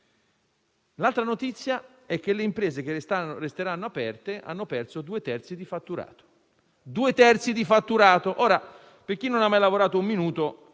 L'altra notizia è che le imprese che resteranno aperte hanno perso due terzi del fatturato. Per chi non ha mai lavorato un minuto,